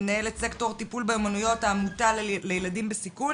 מנהלת סקטור הטיפול באומנויות מהעמותה לילדים בסיכון.